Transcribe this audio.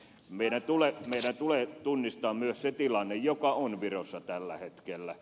meidän tulee tunnistaa myös se tilanne joka on virossa tällä hetkellä